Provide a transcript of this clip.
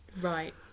right